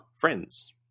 friends